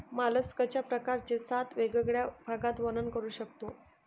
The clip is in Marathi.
मॉलस्कच्या प्रकारांचे सात वेगवेगळ्या भागात वर्णन करू शकतो